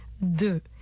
de